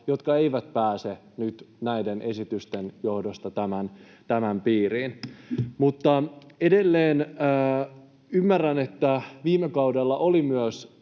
jotka eivät pääse nyt näiden esitysten johdosta tämän piiriin. Mutta edelleen ymmärrän, että viime kaudella oli myös